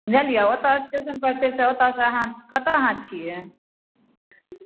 बुझलिए ओतऽ स्टेशनपर तऽ ओतऽसँ अहाँ कतऽ अहाँ छिए